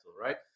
right